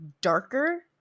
darker